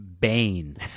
Bane